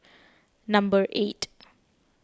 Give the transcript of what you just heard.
number eight